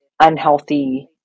unhealthy